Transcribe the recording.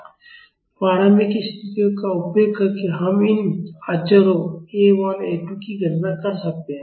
प्रारंभिक स्थितियों का उपयोग करके हम इन अचरों A1 और A2 की गणना कर सकते हैं